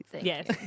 yes